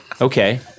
Okay